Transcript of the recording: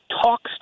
talks